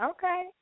Okay